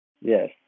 Yes